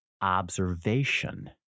Observation